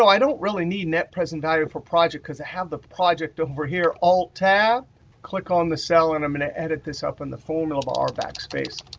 i don't really need net present value for project, because i have the project over here, alt-tab. click on the cell. and i'm going to edit this up in the formula bar, backspace.